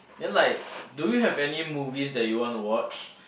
then like do you have any movie that you want to watch